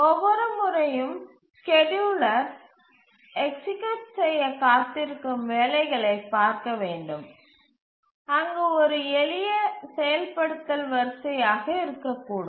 ஒவ்வொரு முறையும் ஸ்கேட்யூலர எக்சீக்யூட் செய்ய காத்திருக்கும் வேலைகளைப் பார்க்க வேண்டும் அங்கு ஒரு எளிய செயல்படுத்தல் வரிசையாக இருக்கக்கூடும்